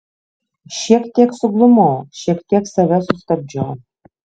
šiek tiek suglumau šiek tiek save sustabdžiau